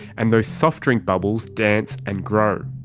and those soft drink bubbles dance and grow.